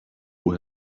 who